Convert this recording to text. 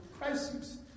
crisis